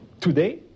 Today